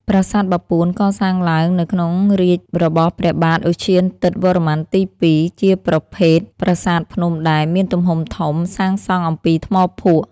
ប្រាសាទបាពួន កសាងឡើងនៅក្នុងរាជ្យរបស់ព្រះបាទឧទ្យាទិត្យវរ្ម័នទី ២ ជាប្រភេទប្រាសាទភ្នំដែល មានទំហំធំ សាងសង់អំពីថ្មភក់។